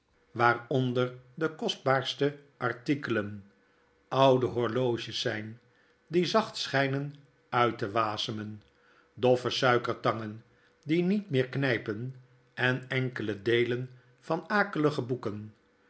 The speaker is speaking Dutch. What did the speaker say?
onder de kostbaarste artikelen oude horloges zijn die zacht schynen nit te wasemen doffe suikertangen die niet meer kngpen en enkele deelen van akelige boeken